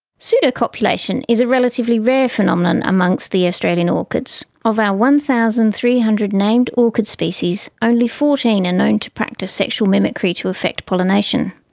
pseudocopulation is a relatively rare phenomenon amongst the australian orchids. of our one thousand three hundred named orchid species, only fourteen are and known to practice sexual mimicry to effect pollination.